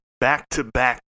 back-to-back